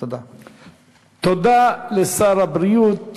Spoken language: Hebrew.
תודה לשר הבריאות,